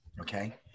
okay